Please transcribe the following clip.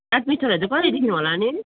एडमिसनहरू चाहिँ कहिलेदेखि होला नि